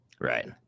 right